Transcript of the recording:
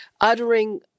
uttering